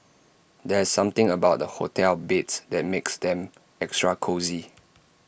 there is something about the hotel beds that makes them extra cosy